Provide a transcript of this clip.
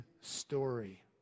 story